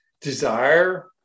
desire